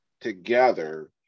together